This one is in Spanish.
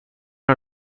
una